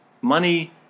money